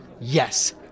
Yes